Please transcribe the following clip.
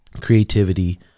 Creativity